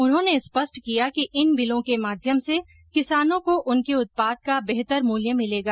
उन्होंने स्पष्ट किया कि इन बिलों के माध्यम से किसानों को उनके उत्पाद का बेहतर मूल्य मिलेगा